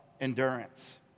endurance